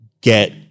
get